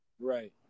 Right